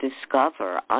discover